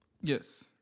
Yes